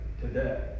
today